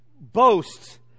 boasts